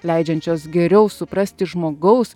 leidžiančios geriau suprasti žmogaus